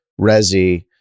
resi